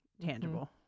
tangible